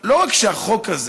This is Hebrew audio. לא רק שהחוק הזה